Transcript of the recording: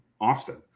Austin